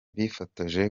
bifotoje